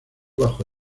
bajo